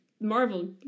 Marvel